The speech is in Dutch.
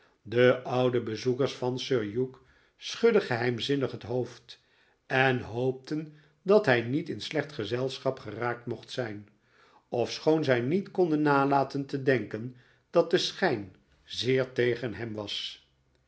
de oude bezoekers van sir hugh schudden geheimzinnig het hoofd en hoopten dat hij niet in slecht gezelschap geraakt mocht zijn ofschoon zij niet konden nalaten te denken dat de schijn zeer tegen hem was